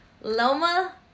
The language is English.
Loma